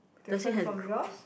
different from yours